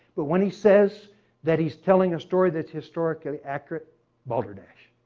but when he says that he's telling a story that's historically accurate balderdash.